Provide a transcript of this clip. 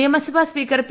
നിയമസഭാ speaker P